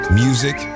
music